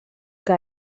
que